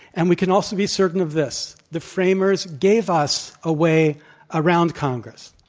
and we can also be certain of this the framers gave us a way around congress.